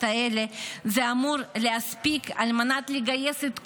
האלה זה אמור להספיק על מנת לגייס את כולם.